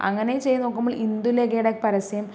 അങ്ങനെ ചെയ്ത് നോക്കുമ്പോൾ ഇന്ദുലേഖയുടെ പരസ്യം